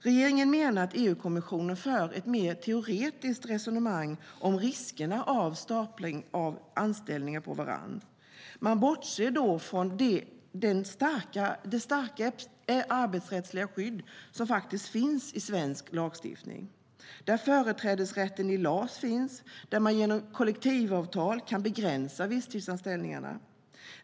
Regeringen menar att EU-kommissionen för ett mer teoretiskt resonemang om riskerna med stapling av anställningar på varandra. Man bortser då från det starka arbetsrättsliga skydd som finns i svensk lagstiftning. Där finns företrädesrätten i LAS, och genom kollektivavtal kan man begränsa visstidsanställningarna.